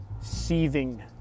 seething